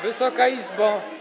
Wysoka Izbo!